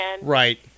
right